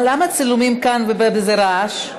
למה הצילומים כאן ורעש?